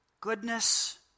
goodness